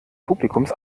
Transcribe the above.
publikums